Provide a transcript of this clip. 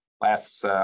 last